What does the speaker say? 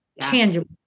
tangible